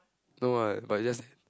no what but is just that